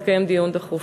יתקיים דיון דחוף.